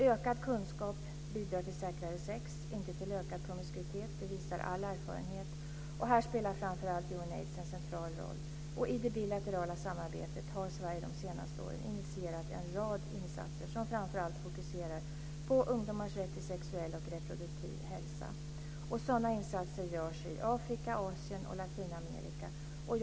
Ökad kunskap bidrar till säkrare sex, inte till ökad promiskuitet, det visar all erfarenhet. Här spelar framför allt UNAIDS en central roll. I det bilaterala samarbetet har Sverige de senaste åren initierat en rad insatser som framför allt fokuserar på ungdomars rätt till sexuell och reproduktiv hälsa. Sådana insatser görs i Afrika, Asien och Latinamerika.